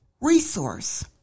resource